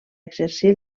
exercir